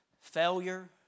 failure